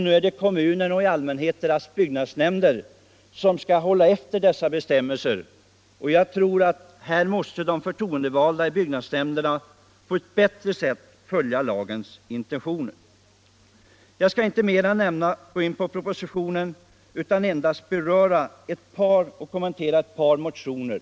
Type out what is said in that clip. Nu är det kommunerna, i allmänhet deras byggnadsnämnder, som skall se till att dessa bestämmelser efterlevs. Här bör de förtroendevalda i byggnadsnämnderna på ett bättre sätt följa lagens intentioner. Jag skall inte närmare gå in på propositionen utan endast kommentera ett par motioner.